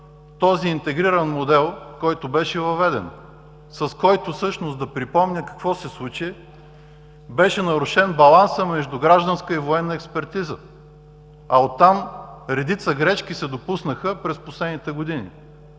този интегриран модел, който беше въведен, с който всъщност, да припомня, какво се случи? Беше нарушен балансът между гражданска и военна експертиза, а оттам редица грешки се допуснаха през последните години.